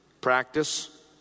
practice